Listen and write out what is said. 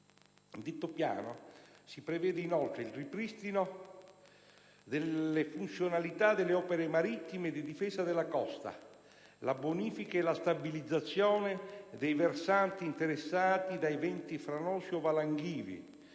detto piano si prevede, inoltre, il ripristino delle funzionalità delle opere marittime di difesa della costa, la bonifica e la stabilizzazione dei versanti interessati da eventi franosi o valanghivi,